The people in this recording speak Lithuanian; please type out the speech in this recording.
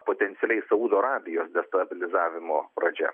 potencialiai saudo arabijos destabilizavimo pradžia